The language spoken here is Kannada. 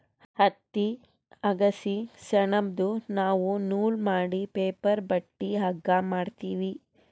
ಹತ್ತಿ ಅಗಸಿ ಸೆಣಬ್ದು ನಾವ್ ನೂಲ್ ಮಾಡಿ ಪೇಪರ್ ಬಟ್ಟಿ ಹಗ್ಗಾ ಮಾಡ್ತೀವಿ